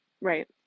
right